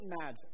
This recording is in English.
magic